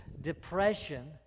depression